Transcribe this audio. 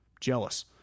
Jealous